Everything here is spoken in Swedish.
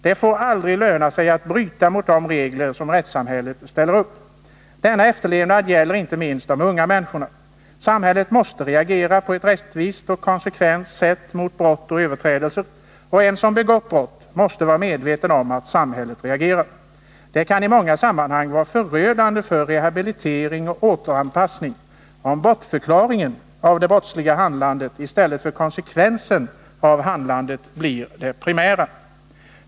Det får aldrig löna sig att bryta mot de regler som rättssamhället ställer upp. Denna efterlevnad gäller inte minst de unga människorna. Samhället måste reagera på ett rättvist och konsekvent sätt mot brott och överträdelser, och en person som begått brott måste vara medveten om att samhället reagerar. Det kan i många sammanhang vara förödande för rehabilitering och återanpassning, om bortförklaringen av det brottsliga handlandet i stället för konsekvensen av handlandet blir det primära.